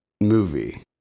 movie